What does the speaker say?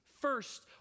first